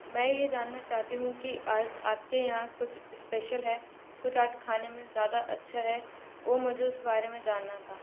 मैं ये जानना चाहती हूँ कि आपके यहाँ कुछ स्पेशल है कुछ आज खाने में ज़्यादा अच्छा है वो मुझे उस बारे में जानना था